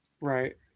Right